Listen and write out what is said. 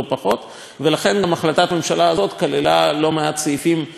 ולכן גם החלטת הממשלה הזאת כללה לא מעט סעיפים בנושא הזה,